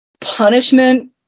punishment